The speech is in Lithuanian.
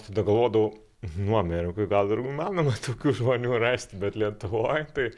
tada galvodavau nu amerikoj gal ir įmanoma tokių žmonių rasti bet lietuvoj tai